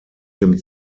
dem